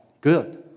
Good